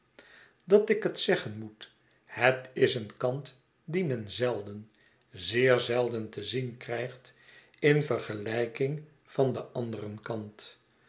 dat ik het zeggen moet het is een kant dien men zelden zeer zelden te zien krijgt in vergelijking van den anderen kant